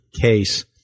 case